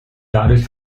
dadurch